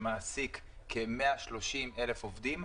המעסיק כ-130,000 עובדים,